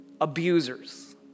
Abusers